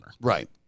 Right